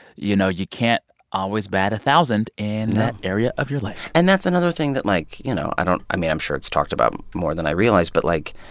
you know, you can't always bat a thousand. no. in that area of your life and that's another thing that, like, you know, i don't i mean, i'm sure it's talked about more than i realize. but, like,